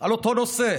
על אותו נושא.